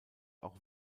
auch